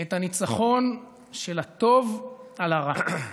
את הניצחון של הטוב על הרע.